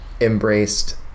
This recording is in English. embraced